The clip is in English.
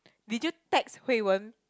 did you text Hui-Wen